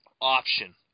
option